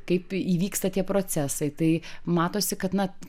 kaip įvyksta tie procesai tai matosi kad na